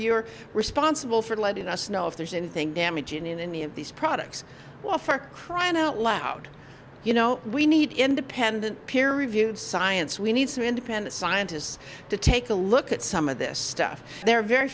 you're responsible for letting us know if there's anything damaging in any of these products for crying out loud you know we need independent peer reviewed science we need some independent scientists to take a look at some of this stuff there are very